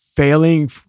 failing